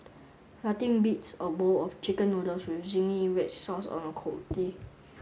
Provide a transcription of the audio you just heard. nothing beats a bowl of chicken noodles with zingy red sauce on a cold day